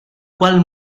qual